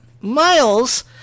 Miles